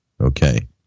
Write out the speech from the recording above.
Okay